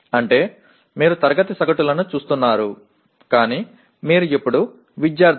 అంటే మీరు తరగతి సగటులను చూస్తున్నారు కానీ మీరు ఇప్పుడు విద్యార్థులు